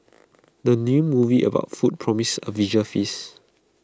the new movie about food promises A visual feast